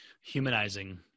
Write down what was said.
Humanizing